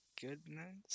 goodness